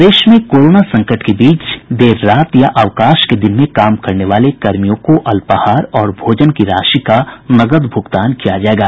प्रदेश में कोरोना संकट के बीच देर रात या अवकाश के दिन में काम करने वाले कर्मियों को अल्पाहार और भोजन की राशि का नकद भ्रगतान किया जायेगा